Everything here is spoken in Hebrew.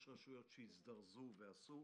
יש רשויות שהזדרזו ועשו.